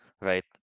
right